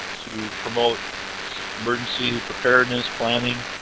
to promote emergency preparedness, planning,